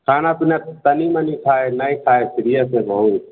खाना पीना तनि मनि खाइ हइ नहि खाइ हइ सीरिअस हइ बहुत